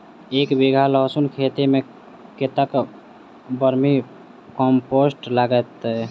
एक बीघा लहसून खेती मे कतेक बर्मी कम्पोस्ट लागतै?